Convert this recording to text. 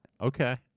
Okay